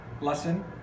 lesson